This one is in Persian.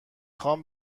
خوام